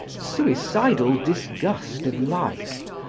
suicidal disgust of life,